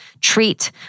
treat